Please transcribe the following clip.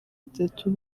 itatu